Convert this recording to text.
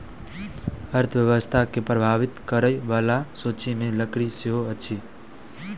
अर्थव्यवस्था के प्रभावित करय बला सूचि मे लकड़ी सेहो अछि